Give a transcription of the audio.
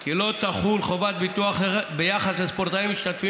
כי לא תחול חובת ביטוח ביחס לספורטאים המשתתפים